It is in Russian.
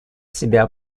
себя